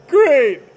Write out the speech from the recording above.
Great